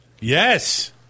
Yes